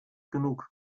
genug